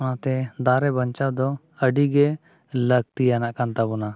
ᱚᱱᱟᱛᱮ ᱫᱟᱨᱮ ᱵᱟᱧᱪᱟᱣ ᱫᱚ ᱟᱹᱰᱤᱜᱮ ᱞᱟᱹᱠᱛᱤᱭᱟᱱᱟᱜ ᱠᱟᱱ ᱛᱟᱵᱚᱱᱟ